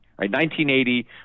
1980